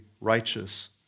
righteous